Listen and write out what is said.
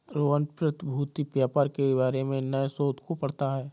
रोहन प्रतिभूति व्यापार के बारे में नए शोध को पढ़ता है